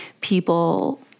people